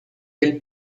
del